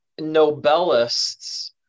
Nobelists